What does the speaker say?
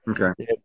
Okay